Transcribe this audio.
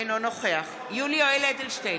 אינו נוכח יולי יואל אדלשטיין,